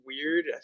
weird